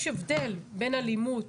יש הבדל בין אלימות